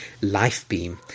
Lifebeam